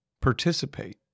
participate